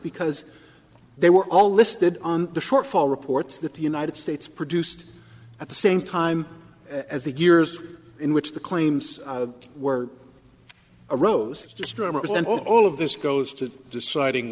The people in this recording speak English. because they were all listed on the shortfall reports that the united states produced at the same time as the years in which the claims were arose as to stormers and all of this goes to deciding